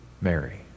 Mary